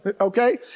okay